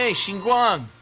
ah xinguang.